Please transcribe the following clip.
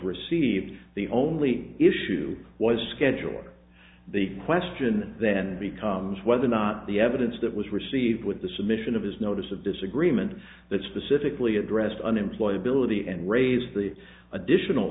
received the only issue was schedule or the question then becomes whether or not the evidence that was received with the submission of his notice of disagreement that specifically addressed unemployed ability and raised the additional